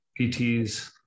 PTs